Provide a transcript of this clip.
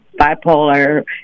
bipolar